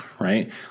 right